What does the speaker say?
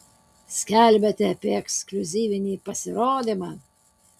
skelbiate apie ekskliuzyvinį pasirodymą